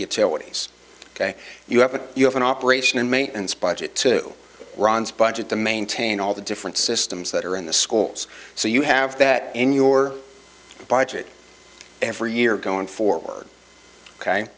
utilities ok you haven't you have an operation and maintenance budget to ron's budget to maintain all the different systems that are in the schools so you have that on your bike that every year going forward ok